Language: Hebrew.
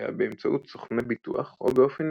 לקוחותיה באמצעות סוכני ביטוח או באופן